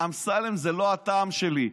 אמסלם זה לא הטעם שלי.